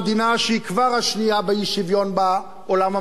שהיא כבר השנייה באי-שוויון בעולם המערבי